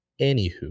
anywho